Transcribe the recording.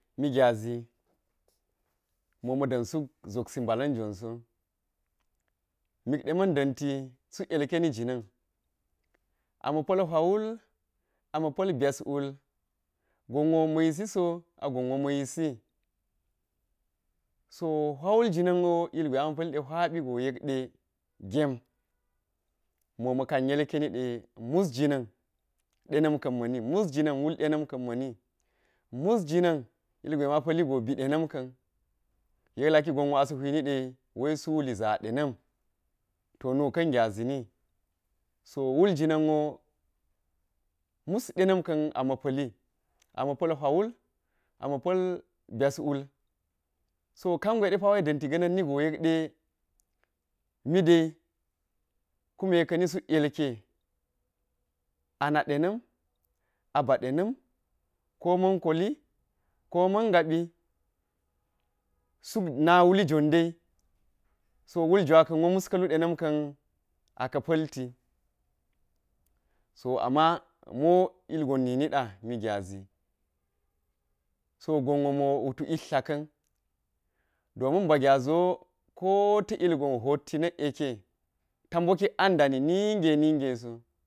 Mi gyazi ma̱ma̱ ɗa̱n suk zobsi ba̱la̱n jonso mikɗe man ɗanti suk ilkeni jina̱n, ama̱ pa̱l huiwul ama̱ pa̱l bais wul gonwo ma̱ yisi so a gonwo ma̱ yisi. So huiwul jina̱n wo ilgwe ama̱ pa̱li huipigo yekde, gem, moma̱li ka̱n ilkeniɗe masjina̱n dena̱mkan ma̱ni, musjinan ilgwe ma̱ pa̱ligo bidenam ka̱n, yek laki gon wo asa̱ huinide, wa̱i sul za̱ dena̱m toh nuka̱n gyazini, so wuljinan wo mus ɗena̱m kam ama̱ pa̱li, ama̱ pa̱l huiwul ama̱ pa̱l baiswul. So ka̱ngo ɗepa̱wai a̱n ga̱na̱n ganin nigo yekɗa miɗe kune ka̱ni suk yelke ana̱ ɗena̱n aba ɗena̱m. Ko ma̱n koli, ko ma̱n ga̱pi suk na̱ wuli jonde, sowul jiwa kanwo mus ka̱lu ɗena̱m kan aka̱ palti so amma mo ilgon niniɗa mi gyazi. So gonmo mow utu ish dlaka̱n domi ba gyaziwo kota ilgon hatti nak yekke ta bokik a̱n dani ninge ninge so.